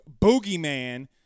Boogeyman